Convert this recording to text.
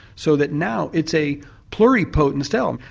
so that now it's a pluripotent cell.